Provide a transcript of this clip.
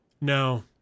No